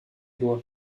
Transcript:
éloy